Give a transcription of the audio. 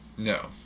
No